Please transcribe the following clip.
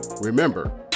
remember